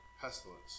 pestilence